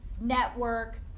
network